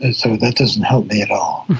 ah so that doesn't help me at all.